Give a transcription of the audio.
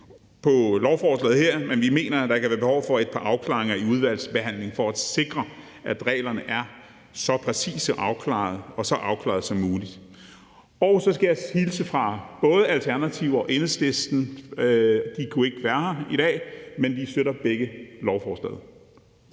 for lovforslaget her, men vi mener, at der kan være behov for et par afklaringer i udvalgsbehandling for at sikre, at reglerne er så præcise og så afklarede som muligt. Jeg skal hilse fra både Alternativet og Enhedslisten. De kunne ikke være her i dag, men de støtter begge lovforslaget.